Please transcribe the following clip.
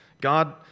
God